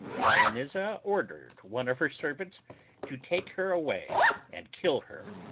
dionyza ordered one of her servants to take her away and kill her.